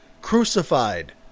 crucified